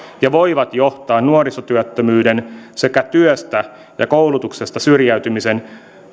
ja voivat johtaa nuorisotyöttömyyden sekä työstä ja koulutuksesta syrjäytymisen